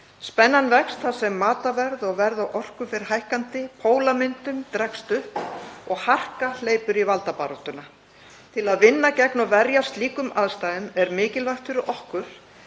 Spennan vex þar sem matvælaverð og orkuverð fer hækkandi, pólamyndun dregst upp og harka hleypur í valdabaráttuna. Til að vinna gegn og verjast slíkum aðstæðum er mikilvægt fyrir okkur